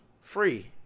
free